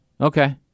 Okay